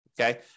Okay